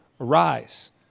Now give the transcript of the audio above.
Arise